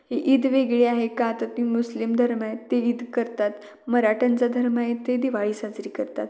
ही ईद वेगळी आहे का तर ती मुस्लिम धर्म आहे ते ईद करतात मराठ्यांचा धर्म आहे ते दिवाळी साजरी करतात